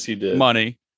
money